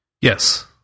Yes